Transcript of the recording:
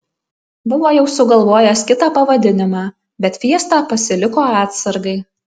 buvo jau sugalvojęs kitą pavadinimą bet fiestą pasiliko atsargai